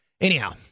Anyhow